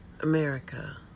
America